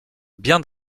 bien